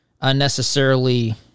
unnecessarily